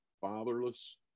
Fatherless